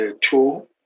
Two